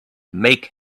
make